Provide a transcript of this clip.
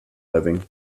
living